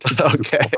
Okay